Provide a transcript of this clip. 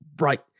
right